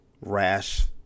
rash